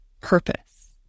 Purpose